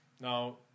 Now